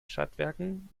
stadtwerken